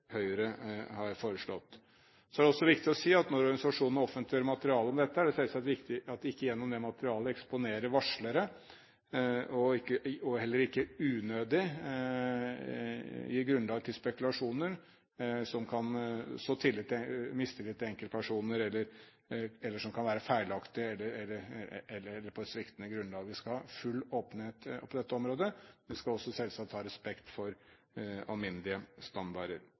selvsagt viktig at vi ikke gjennom det materialet eksponerer varslere og heller ikke unødig gir grunnlag for spekulasjoner som kan så mistillit til enkeltpersoner, eller som kan være feilaktige eller på et sviktende grunnlag. Vi skal ha full åpenhet på dette området. Vi skal også selvsagt ha respekt for alminnelige standarder.